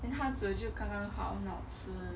then 他煮刚刚好很好吃